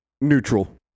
neutral